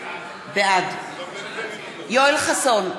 בעד יואל חסון,